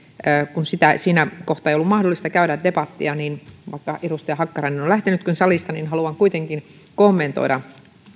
kun siinä kohtaa ei ollut mahdollista käydä debattia niin vaikka edustaja hakkarainen onkin lähtenyt salista haluan kuitenkin kommentoida muutamia